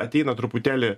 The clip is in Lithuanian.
ateina truputėlį